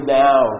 now